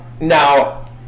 Now